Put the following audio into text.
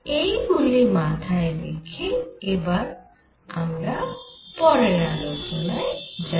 এই গুলি মাথায় রেখে এবার আমরা পরের আলোচনায় যাই